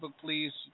please